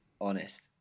honest